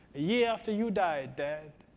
the year after you died, dad,